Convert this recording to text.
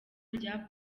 rya